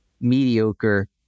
mediocre